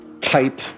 type